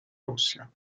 russia